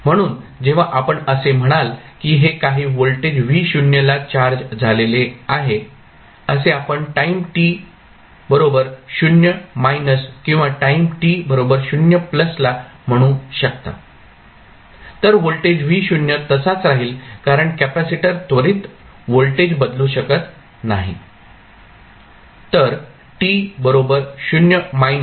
म्हणून जेव्हा आपण असे म्हणाल की हे काही व्होल्टेज Vo ला चार्ज झालेले आहे असे आपण टाईम t 0 किंवा टाईम t 0 ला म्हणू शकता तर व्होल्टेज Vo तसाच राहील कारण कॅपेसिटर त्वरित व्होल्टेज बदलू शकत नाही